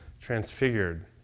transfigured